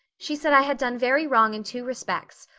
she said i had done very wrong in two respects.